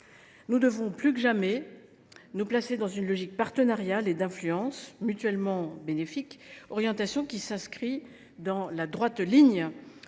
Nous devons, plus que jamais, nous placer dans une logique partenariale et d’influence mutuellement bénéfique, orientation qui s’inscrit dans la droite ligne